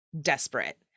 desperate